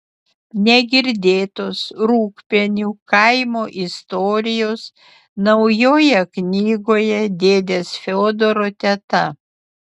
negirdėtos rūgpienių kaimo istorijos naujoje knygoje dėdės fiodoro teta